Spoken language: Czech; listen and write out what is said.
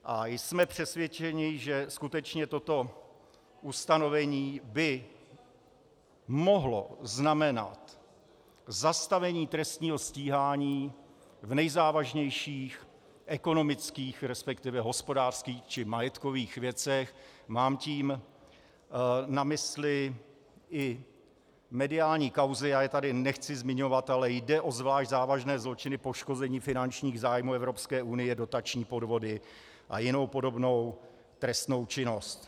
A jsme přesvědčeni, že skutečně toto ustanovení by mohlo znamenat zastavení trestního stíhání v nejzávažnějších ekonomických, resp. hospodářských či majetkových věcech, mám tím na mysli i mediální kauzy, nechci je tady zmiňovat, ale jde o zvlášť závažné zločiny poškození finančních zájmů Evropské unie, dotační podvody a jinou podobnou trestnou činnost.